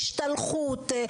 השתלחות,